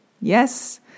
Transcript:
yes